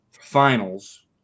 Finals